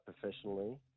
professionally